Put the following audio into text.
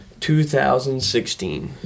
2016